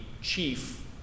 chief